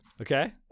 Okay